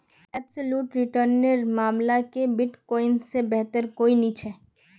absolute return नेर मामला क बिटकॉइन से बेहतर कोई नी छे